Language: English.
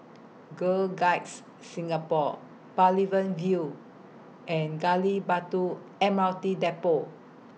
Girl Guides Singapore Pavilion View and Gali Batu M R T Depot